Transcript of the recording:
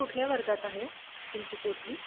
कुठल्या वर्गात आहे तुमची पोरगी